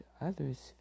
others